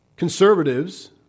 conservatives